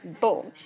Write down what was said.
Boom